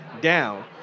down